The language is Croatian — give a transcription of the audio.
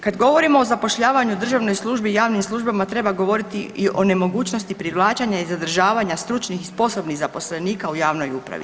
Kad govorimo o zapošljavanju u državnoj službi i javnim službama treba govoriti i o nemogućnosti privlačenja i zadržavanja stručnih i sposobnih zaposlenika u javnoj upravi.